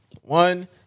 One